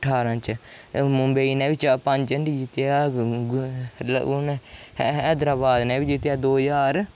ठारां च ते मुम्बई नै बी च पंज हांडी जित्तेआ ग हून हैदराबाद ने बी जित्तेआ दो ज्हार